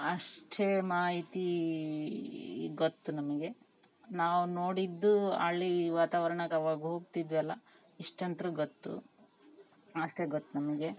ಅಷ್ಟೇ ಮಾಹಿತಿ ಗೊತ್ತು ನಮಗೆ ನಾವು ನೋಡಿದ್ದು ಹಳ್ಳಿ ವಾತಾವರ್ಣಗೆ ಅವಾಗ್ ಹೋಗ್ತಿದ್ವಲ ಇಷ್ಟು ಅಂತ್ರ ಗೊತ್ತು ಅಷ್ಟೇ ಗೊತ್ತು ನಮಗೆ